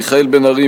מיכאל בן-ארי,